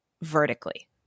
vertically